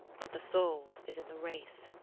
but the soul is in the race